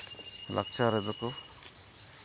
ᱞᱟᱠᱪᱟᱨ ᱨᱮᱫᱚ ᱠᱚ